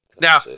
Now